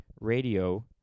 radio